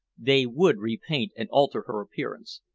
they would repaint and alter her appearance.